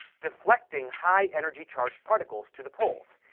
deflecting high-energy charged particles to the poles,